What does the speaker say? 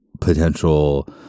potential